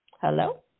Hello